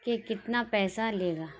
کہ کتنا پیسہ لے گا